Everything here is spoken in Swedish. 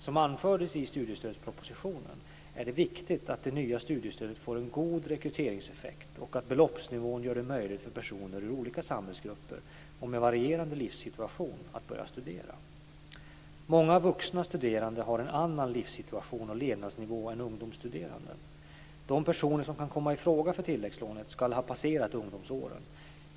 Som anfördes i studiestödspropositionen är det viktigt att det nya studiestödet får en god rekryteringseffekt och att beloppsnivån gör det möjligt för personer ur olika samhällsgrupper och med varierande livssituation att börja studera. Många vuxna studerande har en annan livssituation och levnadsnivå än ungdomsstuderande. De personer som kan komma i fråga för tilläggslånet ska ha passerat ungdomsåren.